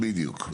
בדיוק.